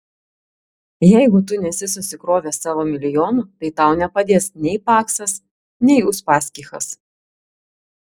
jeigu tu nesi susikrovęs savo milijonų tai tau nepadės nei paksas nei uspaskichas